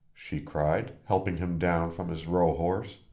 she cried, helping him down from his rohorse.